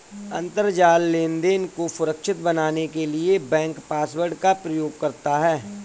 अंतरजाल लेनदेन को सुरक्षित बनाने के लिए बैंक पासवर्ड का प्रयोग करता है